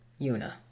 Yuna